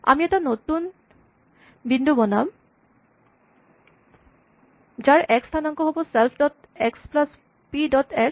আমি এটা নতুন বিন্দু বনাম যাৰ এক্স স্হানাংক হ'ব self dot x plus p dot x